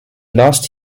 last